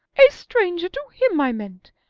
a stranger to him, i meant.